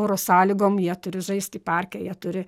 oro sąlygom jie turi žaisti parke jie turi